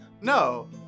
No